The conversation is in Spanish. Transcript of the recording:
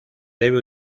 debe